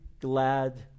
glad